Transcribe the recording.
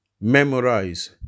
Memorize